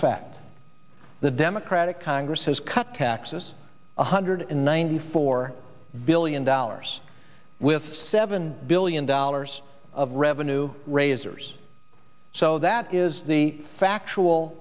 fact the democratic congress has cut taxes one hundred ninety four billion dollars with seven billion dollars of revenue raisers so that is the factual